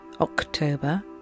October